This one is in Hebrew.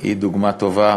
היא דוגמה טובה